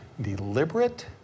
Deliberate